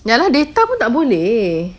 ya lah data pun tak boleh